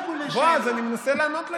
בועז, אני מנסה לענות לך.